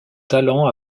talent